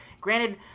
Granted